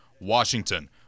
Washington